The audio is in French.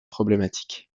problématique